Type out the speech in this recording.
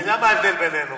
אתה יודע מה ההבדל בינינו?